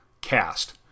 cast